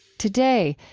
today,